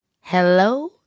Hello